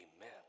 Amen